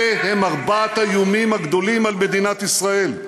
אלה הם ארבעת האיומים הגדולים על מדינת ישראל,